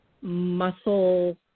Muscle